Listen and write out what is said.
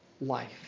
life